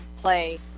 play